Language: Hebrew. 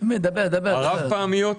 הרב פעמיות,